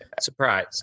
surprise